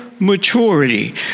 maturity